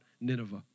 Nineveh